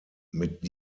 mit